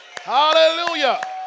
Hallelujah